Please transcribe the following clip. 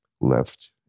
left